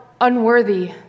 unworthy